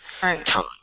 time